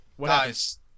Guys